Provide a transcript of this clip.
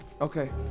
Okay